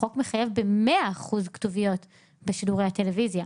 החוק מחייב ב-100% כתוביות בשידורי הטלוויזיה.